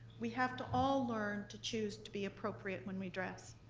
we have to all learn to choose to be appropriate when we dress.